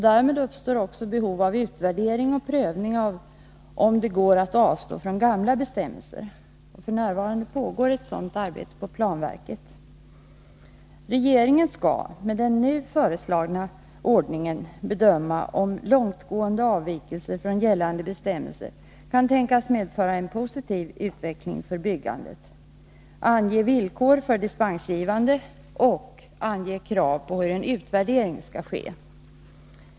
Därmed uppstår också behov av utvärdering och prövning av om det går att avstå från gamla bestämmelser. F.n. pågår ett sådant arbete på planverket. Regeringen skall med den nu föreslagna ordningen bedöma om långtgående avvikelser från gällande bestämmelser kan tänkas medföra en positiv utveckling för byggandet, ange villkor för dispensgivande och ange krav på hur en utvärdering skall ske.